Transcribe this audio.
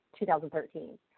2013